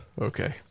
Okay